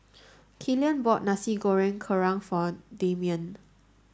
Killian bought Nasi Goreng Kerang for Dameon